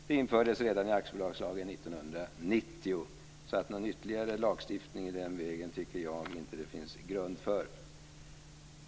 Detta infördes i aktiebolagslagen redan 1990, så någon ytterligare lagstiftning i den vägen finns det, tycker jag, inte grund för.